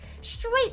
straight